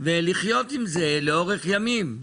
ולחיות עם זה לאורך ימים?